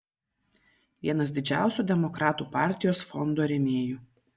vienas didžiausių demokratų partijos fondų rėmėjų